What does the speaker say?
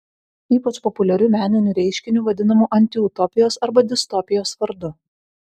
ypač populiariu meniniu reiškiniu vadinamu antiutopijos arba distopijos vardu